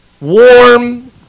warm